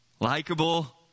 likable